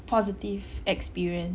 positive experience